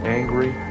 angry